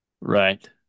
right